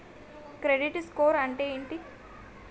Credit score అంటే ఏమిటి?